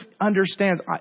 understands